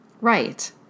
Right